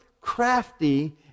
crafty